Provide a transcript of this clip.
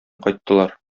кайттылар